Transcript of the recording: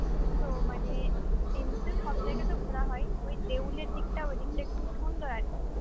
ওই তো মানে এমনিতে সব জায়গা তো ঘোরা হয় ওই দেউলের দিকটা ওদিকটা একটু সুন্দর আর কি